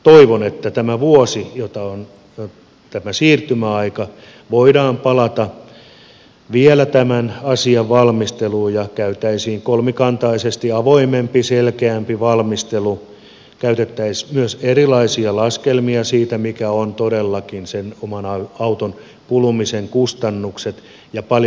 toivon että tämän vuoden aikana joka on tämä siirtymäaika voitaisiin palata vielä tämän asian valmisteluun ja käytäisiin kolmikantaisesti avoimempi selkeämpi valmistelu käytettäisiin myös erilaisia laskelmia siitä mitkä ovat todellakin sen oman auton kulumisen kustannukset ja paljonko on se ylikompensaatio